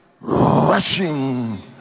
rushing